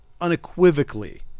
unequivocally